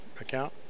account